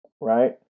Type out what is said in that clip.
right